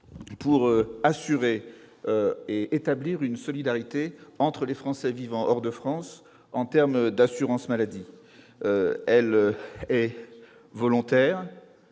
pour établir une solidarité entre les Français vivant hors de France en termes d'assurance maladie. On y adhère volontairement,